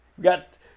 got